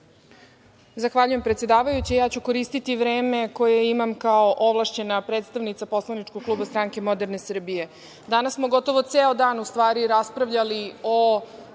Zahvaljujem, predsedavajuća. Ja ću koristiti vreme koje imam kao ovlašćena predstavnica poslaničkog kluba Stranke moderne Srbije. Danas smo gotovo ceo dan u stvari raspravljali o